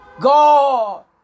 God